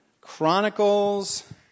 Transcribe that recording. Chronicles